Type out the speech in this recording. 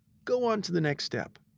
go on to the next step.